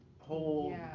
whole